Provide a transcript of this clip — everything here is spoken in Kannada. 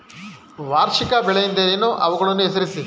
ವಾರ್ಷಿಕ ಬೆಳೆಗಳೆಂದರೇನು? ಅವುಗಳನ್ನು ಹೆಸರಿಸಿ?